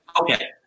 Okay